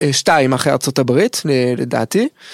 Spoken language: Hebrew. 2 אחרי ארה״ב לדעתי.